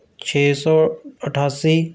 ਛੇ ਸੌ ਅਠਾਸੀ